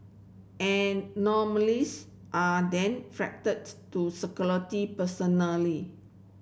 anomalies are then to personally